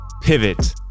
pivot